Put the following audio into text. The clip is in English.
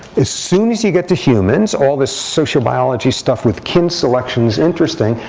as soon as you get to humans, all this social biology stuff with kin selection is interesting,